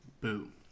Boom